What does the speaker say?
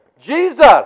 Jesus